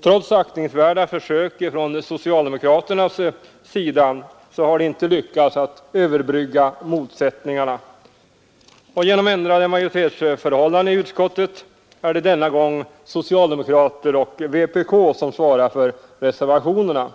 Trots aktningsvärda försök från socialdemokraternas sida har det inte lyckats att överbrygga motsättningarna. Genom ändrade majoritetsförhållanden i utskottet är det denna gång socialdemokrater och vpk som svarar för reservationerna.